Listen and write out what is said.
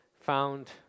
found